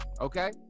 Okay